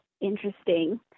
interesting